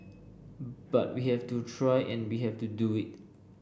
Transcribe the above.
but we have to try and we have to do it